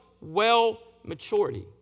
well-maturity